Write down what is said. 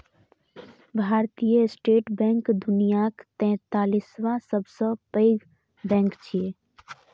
भारतीय State Bank दुनियाक तैंतालिसवां सबसं पैघ बैंक छियै